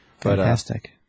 Fantastic